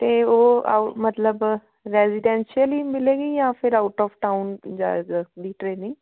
ਅਤੇ ਉਹ ਆਊ ਮਤਲਬ ਰੈਜੀਡੈਂਸ਼ੀਅਲੀ ਮਿਲੇਗੀ ਜਾਂ ਫਿਰ ਆਊਟ ਆਫ ਟਾਊਨ ਟਰੇਨਿੰਗ